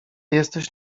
jesteś